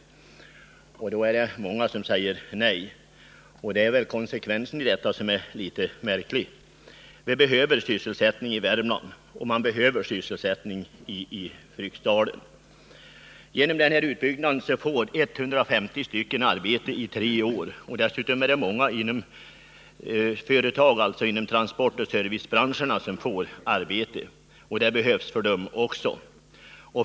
Trots det är det många som säger nej till utbyggnad. Det är konsekvensen i detta som är litet märklig. Vi behöver sysselsättning i Värmland och vi behöver sysselsättning i Fryksdalen. Genom denna utbyggnad får 150 personer arbete under tre år. Dessutom får många företag i transportoch servicebranscherna arbete, och det behövs för dem också.